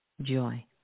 joy